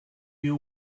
you